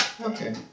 Okay